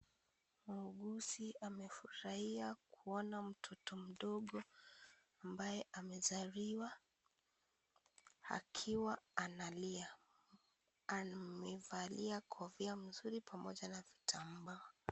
Muuguzi amefurahia kuona mtoto mdogo ambaye amezaliwa akiwa analia. Amevalia kofia nzuri pamoja na vitambaa.